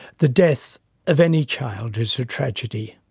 the death of any child is a tragedy,